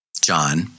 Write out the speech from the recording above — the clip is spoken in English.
John